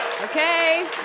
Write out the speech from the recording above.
Okay